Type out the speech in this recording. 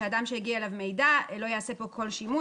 שאדם שהגיע אליו מידע לא יעשה בו כל שימוש,